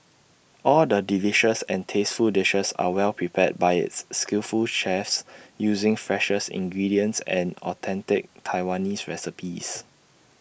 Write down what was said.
all the delicious and tasteful dishes are well prepared by its skillful chefs using freshest ingredients and authentic Taiwanese recipes